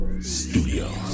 Studios